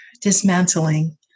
dismantling